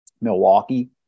Milwaukee